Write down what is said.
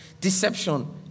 deception